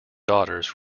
daughters